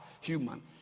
human